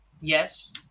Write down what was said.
Yes